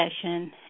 session